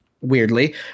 weirdly